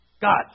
God